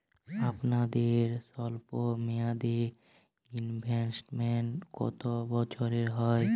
আপনাদের স্বল্পমেয়াদে ইনভেস্টমেন্ট কতো বছরের হয়?